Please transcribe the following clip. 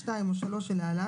(2) או (3) שלהלן,